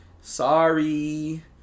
Sorry